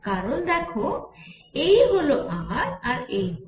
কারণ দেখো এই হল r আর এই হল